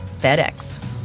FedEx